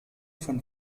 von